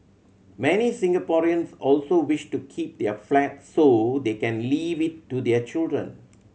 many Singaporeans also wish to keep their flat so they can leave it to their children